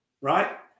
right